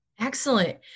Excellent